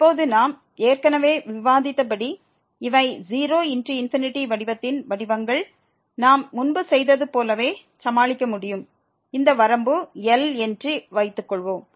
இப்போது நாம் ஏற்கனவே விவாதித்தபடி இவை 0×∞ வடிவத்தின் வடிவங்கள் நாம் முன்பு செய்ததைப் போலவே சமாளிக்கமுடியும் இந்த வரம்பு L என்று வைத்துக்கொள்வோம்